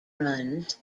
runs